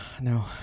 no